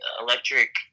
electric